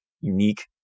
unique